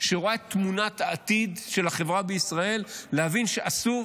שרואה את תמונת העתיד של החברה בישראל להבין שאסור